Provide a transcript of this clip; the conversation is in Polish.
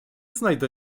znajdę